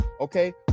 okay